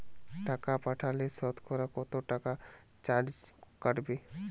টাকা পাঠালে সতকরা কত টাকা চার্জ কাটবে?